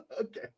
Okay